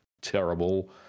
terrible